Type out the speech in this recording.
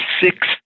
six